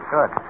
Good